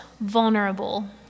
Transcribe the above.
vulnerable